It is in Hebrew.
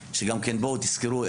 תזכרו,